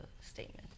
statement